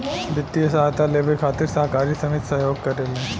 वित्तीय सहायता लेबे खातिर सहकारी समिति सहयोग करेले